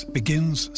begins